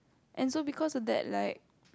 and so because of that like